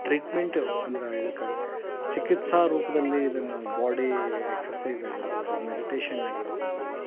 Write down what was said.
treatment ಅಂದ್ರೆ ಇದಕ್ಕೆ ಚಿಕಿತ್ಸಾ ರೂಪದಲ್ಲಿ ಇದನ್ನು ಬಾಡಿ ಎಕ್ಸರ್ಸೈಸ್ ಆಗಿರ್ಬೋದು ಮೆಡಿಟೇಷನ್ ಆಗಿರ್ಬೋದು